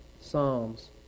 Psalms